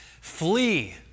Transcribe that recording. Flee